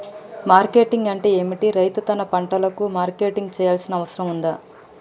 Marketing అంటే ఏమిటి? రైతు తన పంటలకు మార్కెటింగ్ చేయాల్సిన అవసరం ఉందా?